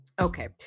Okay